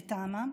לטעמם,